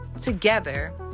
together